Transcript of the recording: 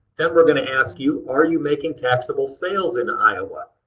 then we're going to ask you are you making taxable sales in iowa?